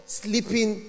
sleeping